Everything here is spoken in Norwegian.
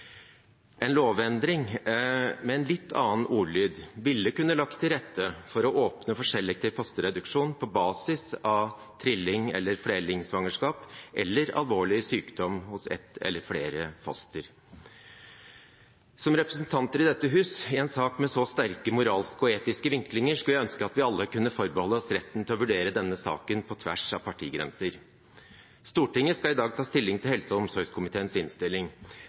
En lovendring med en litt annen ordlyd ville kunne lagt til rette for å åpne for selektiv fosterreduksjon på basis av trilling- eller flerlingsvangerskap, eller alvorlig sykdom hos ett eller flere foster. Som representanter i dette hus, i en sak med så sterke moralske og etiske vinklinger, skulle jeg ønske at vi alle kunne forbeholde oss retten til å vurdere denne saken på tvers av partigrenser. Stortinget skal i dag ta stilling til helse- og omsorgskomiteens innstilling.